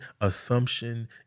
assumption